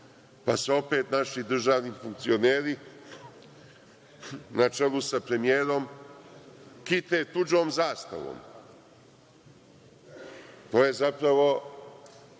pa se opet naši državni funkcioneri na čelu sa premijerom kite tuđom zastavom. To je zapravo